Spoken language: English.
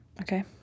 Okay